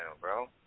bro